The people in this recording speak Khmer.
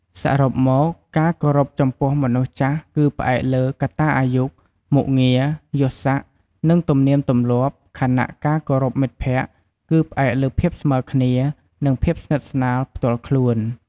សរុបមក ការគោរពចំពោះមនុស្សចាស់គឺផ្អែកលើ កត្តាអាយុ មុខងារ, យសស័ក្តិ និង ទំនៀមទម្លាប់ ខណៈការគោរពមិត្តភក្តិគឺផ្អែកលើ ភាពស្មើគ្នា និង ភាពស្និទ្ធស្នាលផ្ទាល់ខ្លួន។